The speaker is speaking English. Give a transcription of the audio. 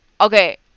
okay